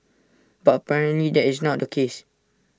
but apparently that is not the case